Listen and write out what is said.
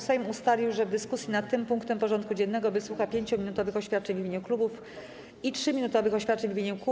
Sejm ustalił, że w dyskusji nad tym punktem porządku dziennego wysłucha 5-minutowych oświadczeń w imieniu klubów i 3-minutowych oświadczeń w imieniu kół.